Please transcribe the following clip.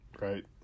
Right